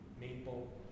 maple